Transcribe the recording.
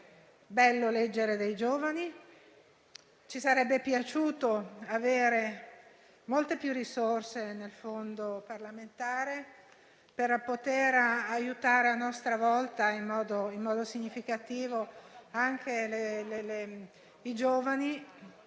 Bello leggere dei giovani: ci sarebbe piaciuto avere molte più risorse per poter aiutare a nostra volta in modo significativo anche i giovani,